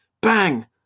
Bang